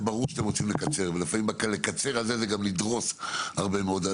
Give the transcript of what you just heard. ברור שאתם רוצים לקצר אבל ה"לקצר" הזה זה גם לדרוס הרבה מאוד.